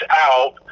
out